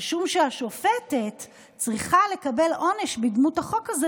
על שום שהשופטת צריכה לקבל עונש בדמות החוק הזה,